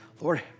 Lord